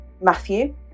Matthew